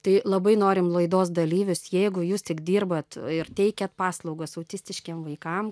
tai labai norim laidos dalyvius jeigu jūs tik dirbat ir teikiat paslaugas autistiškiem vaikam